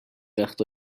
وقتا